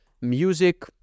Music